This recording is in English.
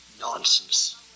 Nonsense